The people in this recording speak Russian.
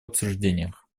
обсуждениях